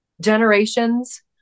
Generations